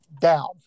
down